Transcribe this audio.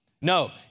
No